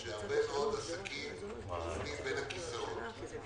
שהרבה מאוד עסקים נופלים בין הכיסאות.